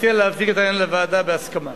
מציע להעביר את העניין לוועדה בהסכמה.